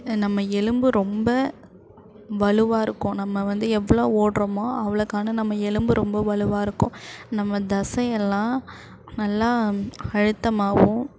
நம்ம எலும்பு ரொம்ப வலுவாக இருக்கும் நம்ம வந்து எவ்வளோ ஓடுறோமோ அவ்வளோக்கான நம்ம எலும்பு ரொம்ப வலுவாக இருக்கும் நம்ம தசை எல்லாம் நல்லா அழுத்தமாகவும்